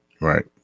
Right